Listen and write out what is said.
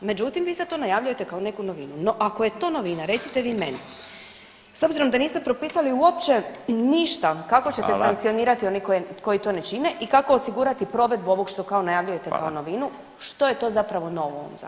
Međutim, vi sada to najavljujete kao neku novinu, no ako je to novina recite vi meni s obzirom da niste propisali uopće ništa [[Upadica Radin: Hvala.]] kako ćete sankcionirati one koji to ne čine i kako osigurati provedbu ovog što kao najavljujete kao [[Upadica Radin: Hvala.]] novinu, što je to zapravo novo u ovom zakonu?